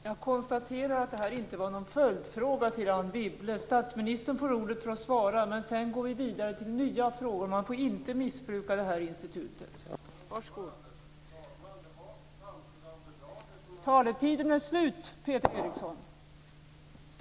Jag konstaterar att detta inte var någon följdfråga till Anne Wibble. Statsministern får ordet för att svara, men sedan går vi vidare till nya frågor. Man får inte missbruka det här institutet.